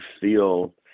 feel